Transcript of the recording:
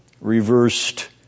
Reversed